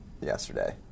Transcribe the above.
yesterday